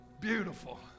beautiful